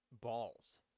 balls